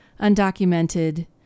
undocumented